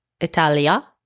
Italia